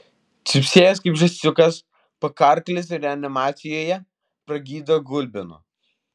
cypsėjęs kaip žąsiukas pakarklis reanimacijoje pragydo gulbinu